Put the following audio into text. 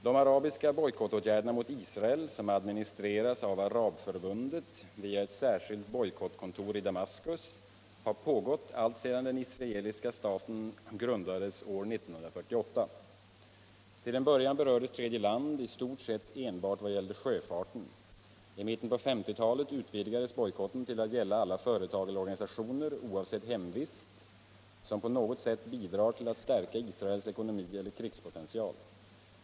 De arabiska bojkoltåtgärdérna' mot Israel, som administreras av Arabförbundet via ett särskilt bojkottkontor i Damaskus. har pågått alltsedan den israeliska staten grundades år 1948. FTill en början berördes tredje land i stort sett enbart i vad gällde sjöfarten. I mitten på 1950-talet utvidgades bojkotten till att gälla alla företag eller organisationer, oavsett hemvist. som på något sätt bidrar till att stärka Israels ckonomi eer krigspotential.